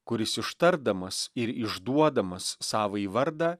kuris ištardamas ir išduodamas savąjį vardą